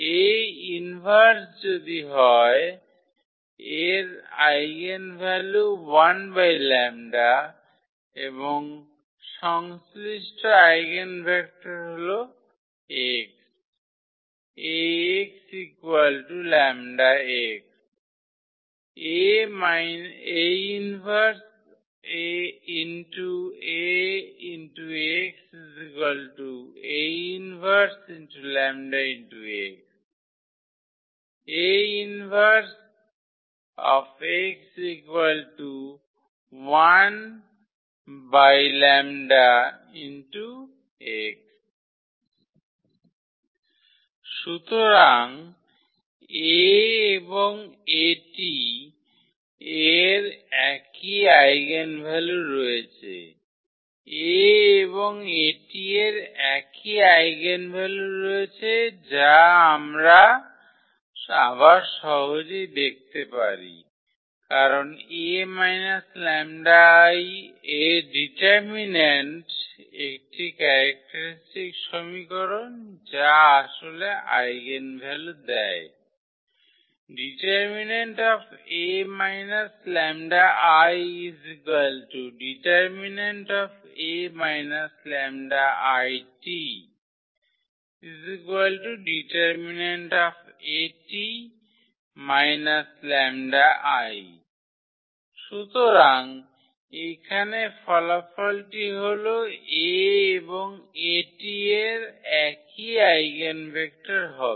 A 1 যদি হয় এর আইগেনভ্যালু 1λ এবং সংশ্লিষ্ট আগেনভেক্টর হল x 𝐴𝑥 𝜆𝑥 ⇒ 𝐴 1𝐴𝑥 𝐴 1𝜆𝑥 ⇒ 𝐴 1𝑥 1𝜆𝑥 সুতরাং 𝐴 এবং 𝐴𝑇 এর একই আইগেনভ্যালু রয়েছে 𝐴 এবং 𝐴𝑇 এর একই আইগেনভ্যালু রয়েছে এবং যা আমরা আবার সহজেই দেখতে পারি কারণ 𝐴 𝜆𝐼 এর ডিটারমিন্যান্ট একটি ক্যারেক্টারিস্টিক সমীকরণ যা আসলে আইগেনভ্যালু দেয় det 𝐴 − 𝜆𝐼 det 𝐴 − 𝜆𝐼𝑇 det𝐴𝑇 − 𝜆𝐼 সুতরাং এখানে ফলাফলটি হল 𝐴 এবং 𝐴𝑇 এর একই আইগেনভেক্টর হবে